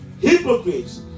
hypocrites